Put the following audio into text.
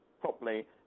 properly